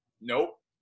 Nope